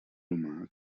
humà